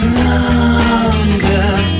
longer